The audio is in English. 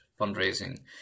fundraising